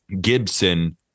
Gibson